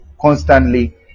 constantly